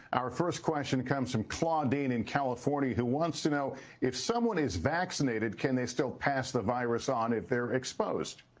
our first question from claudeine in california who wants to know if someone is vaccinated can they still pass the virus on if they're exposed?